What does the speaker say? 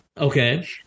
Okay